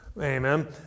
Amen